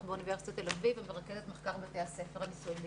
באוניברסיטת תל אביב ומרכזת מחקר בתי הספר המקצועיים בישראל.